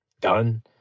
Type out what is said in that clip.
done